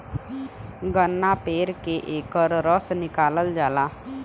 गन्ना पेर के एकर रस निकालल जाला